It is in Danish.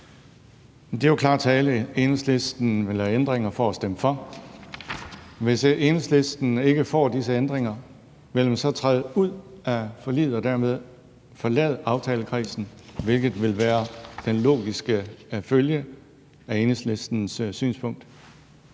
Det er jo klar tale. Enhedslisten vil have ændringer for at kunne stemme for. Hvis Enhedslisten ikke får disse ændringer, vil man så træde ud af forliget og dermed forlade aftalekredsen, hvilket ville være den logiske følge af Enhedslistens synspunkt?